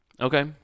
Okay